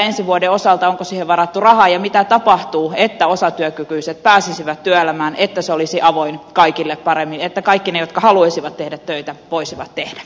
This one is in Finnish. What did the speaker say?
mitä ensi vuoden osalta onko siihen varattu rahaa ja mitä tapahtuu että osatyökykyiset pääsisivät työelämään että se olisi avoin kaikille paremmin että kaikki ne jotka haluaisivat tehdä töitä voisivat tehdä